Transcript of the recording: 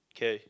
okay